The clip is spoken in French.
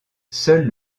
seul